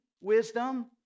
Wisdom